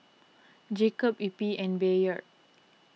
Jacob Eppie and Bayard